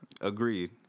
Agreed